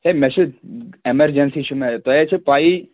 ہے مےٚ چھِ ایمَرجَنسی چھِ مےٚ تۄہہِ آسوٕ پَیی